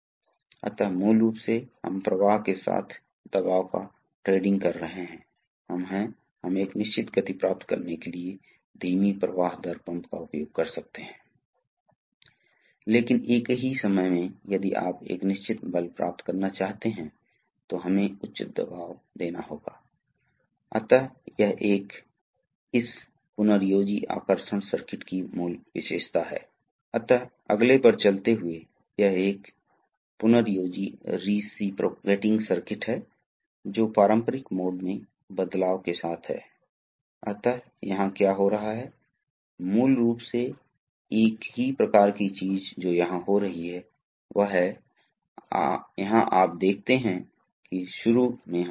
ऐसी परिस्थितियां हैं जहां हमें प्रवाह दिशाओं को बदलने की आवश्यकता होती है इसलिए आमतौर पर हमारे पास टू वे और फोर वे वाल्व होते हैं और हमें अवश्य देखना चाहिए इसलिए ये इसका मतलब टी टैंक है पी का मतलब पंप है और यह ए और बी लोड पोर्ट पर है लोड या सिस्टम पोर्ट अब आप देखते हैं कि इस वाल्व में दो स्थितियां ठीक हैं इसलिए यदि इस स्थिति में आप देखते हैं कि पंप वास्तव में पोर्ट A से जुड़ा है तो यह टैंक में वापस कैसे आने वाला है इसके माध्यम से नहीं है लेकिन कुछ अन्य मार्ग के माध्यम से जो नहीं दिखाया गया है आप देखते हैं कि हम इसे बनाते है दो स्थिति हैं